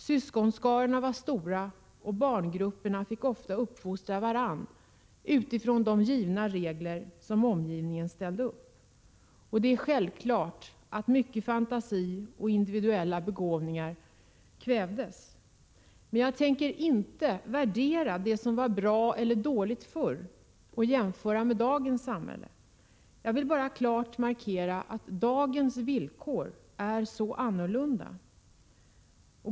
Syskonskarorna var stora, och inom barngrupperna fick barnen ofta uppfostra varandra utifrån de regler som omgivningen satt upp. Självfallet kvävdes mycket fantasi och många individuella begåvningar. Men jag tänker inte värdera det som förr var bra eller dåligt och jämföra det med dagens samhälle. Jag vill bara klart markera att dagens villkor är så annorlunda.